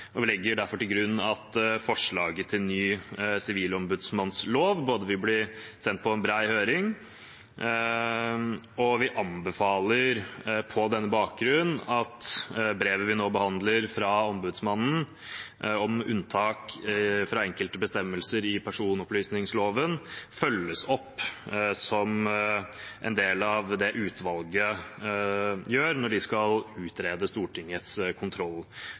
Vi legger derfor til grunn at forslaget til ny sivilombudsmannslov vil bli sendt på bred høring, og vi anbefaler på denne bakgrunn at brevet vi nå behandler fra ombudsmannen om unntak fra enkelte bestemmelser i personopplysningsloven, følges opp som en del av det utvalget gjør når de skal utrede Stortingets